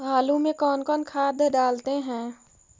आलू में कौन कौन खाद डालते हैं?